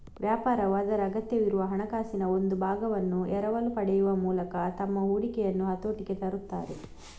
ವ್ಯಾಪಾರವು ಅದರ ಅಗತ್ಯವಿರುವ ಹಣಕಾಸಿನ ಒಂದು ಭಾಗವನ್ನು ಎರವಲು ಪಡೆಯುವ ಮೂಲಕ ತಮ್ಮ ಹೂಡಿಕೆಯನ್ನು ಹತೋಟಿಗೆ ತರುತ್ತಾರೆ